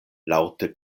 laŭte